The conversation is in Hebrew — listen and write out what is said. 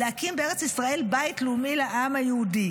להקים בארץ ישראל בית לאומי לעם היהודי,